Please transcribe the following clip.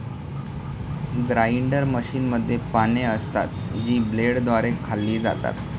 grinder मशीनमध्ये पाने असतात, जी ब्लेडद्वारे खाल्ली जातात